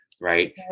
Right